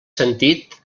sentit